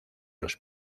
los